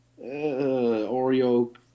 Oreo